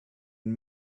and